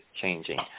changing